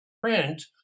print